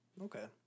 Okay